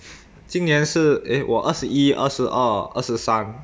今年是 eh 我二十一二十二二十三